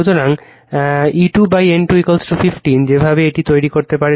সুতরাং E2N2 15 যেভাবে এটি তৈরি করতে পারে